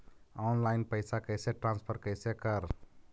Online पैसा कैसे transfer कैसे कर?